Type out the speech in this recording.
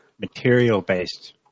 material-based